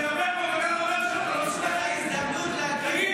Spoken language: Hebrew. --- למדינת ישראל יהודית ודמוקרטית.